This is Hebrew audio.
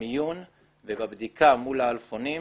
במיון ובבדיקה מול האלפונים,